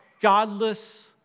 godless